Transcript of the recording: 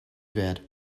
bad